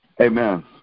Amen